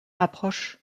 approche